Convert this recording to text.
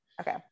Okay